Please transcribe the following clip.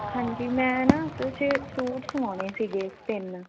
ਹਾਂਜੀ ਮੈਂ ਨਾ ਅਸਲ 'ਚ ਸੂਟ ਸਵਾਉਣੇ ਸੀਗੇ ਤਿੰਨ